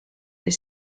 des